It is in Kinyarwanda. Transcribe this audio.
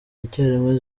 icyarimwe